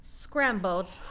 scrambled